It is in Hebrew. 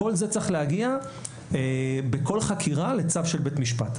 כל זה צריך להגיע בכל חקירה לצו של בית משפט.